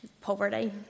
poverty